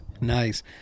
Nice